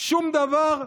שום דבר.